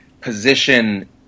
position